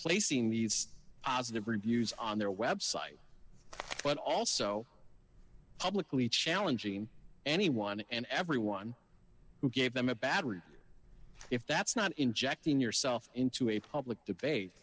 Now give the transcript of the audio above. placing the aza to bring views on their website but also publicly challenging anyone and everyone who gave them a battery if that's not injecting yourself into a public debate